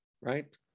right